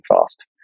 fast